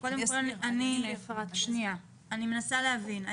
אני מנסה להבין,